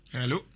Hello